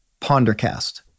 PonderCast